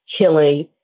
killing